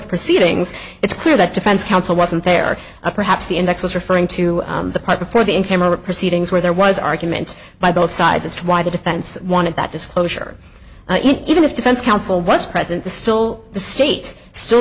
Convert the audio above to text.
proceedings it's clear that defense counsel wasn't there a perhaps the index was referring to the part before the in camera proceedings where there was arguments by both sides as to why the defense wanted that disclosure even if defense counsel was present the still the state s